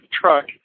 truck